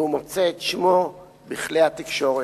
והוא מוצא את שמו בכלי התקשורת.